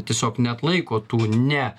tiesiog neatlaiko tų ne